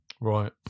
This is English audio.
Right